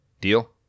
Deal